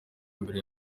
mbere